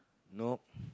nope